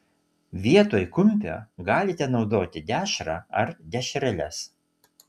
vietoj kumpio galite naudoti dešrą ar dešreles